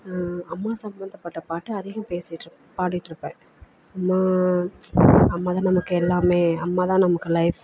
அம்மா சம்பந்தப்பட்ட பாட்டு அதிகம் பேசிட்டுருப் பாடிட்டு இருப்பேன் ஏன்னா அம்மா தான நமக்கு எல்லாமே அம்மா தான் நமக்கு லைஃப்